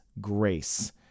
grace